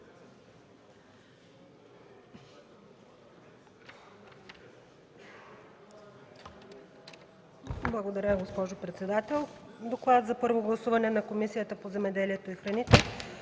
Благодаря, госпожо председател. „ДОКЛАД за първо гласуване на Комисията по земеделието и храните